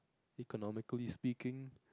economically speaking